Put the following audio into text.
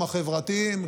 גם החברתיים,